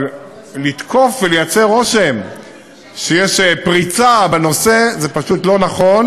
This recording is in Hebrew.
אבל לתקוף ולייצר רושם שיש פריצה בנושא זה פשוט לא נכון.